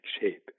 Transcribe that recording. shape